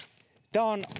tämä on